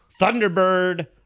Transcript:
thunderbird